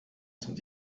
sind